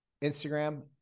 Instagram